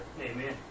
Amen